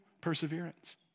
Perseverance